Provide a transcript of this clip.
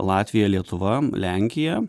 latvija lietuva lenkija